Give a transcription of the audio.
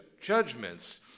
judgments